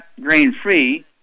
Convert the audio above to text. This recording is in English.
grain-free